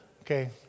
okay